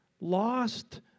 Lost